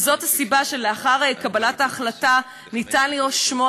וזאת הסיבה שלאחר קבלת ההחלטה אפשר היה לשמוע